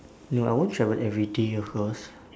no I won't travel everyday of course